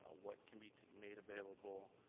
ah what can be made available.